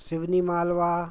Seoni Malwa